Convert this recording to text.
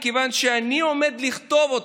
מכיוון שאני הוא עומד לכתוב אותה.